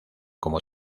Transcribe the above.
como